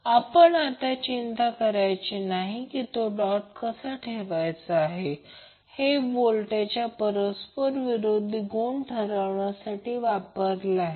तर आपण याची चिंता करायची नाही की तो डॉट कसा ठेवायचा हे व्होल्टेजच्या परस्पर विरोधी गुण ठरवण्यासाठी वापरले आहेत